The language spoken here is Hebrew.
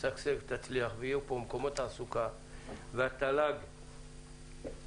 תשגשג ותצליח ויהיו פה מקומות תעסוקה והתל"ג יעלה,